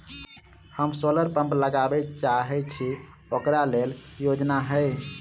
हम solar pump लगाबै चाहय छी ओकरा लेल योजना हय?